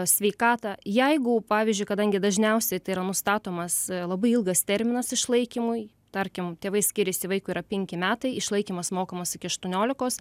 sveikatą jeigu pavyzdžiui kadangi dažniausiai tai yra nustatomas labai ilgas terminas išlaikymui tarkim tėvai skiriasi vaikui yra penki metai išlaikymas mokamas iki aštuoniolikos